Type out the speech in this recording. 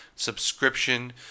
Subscription